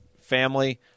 family